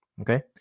Okay